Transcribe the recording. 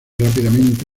rápidamente